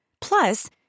Plus